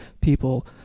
people